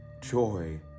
joy